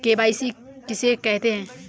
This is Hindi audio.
के.वाई.सी किसे कहते हैं?